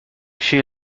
she